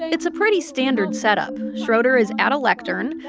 it's a pretty standard setup. schroeder is at a lectern.